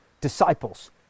disciples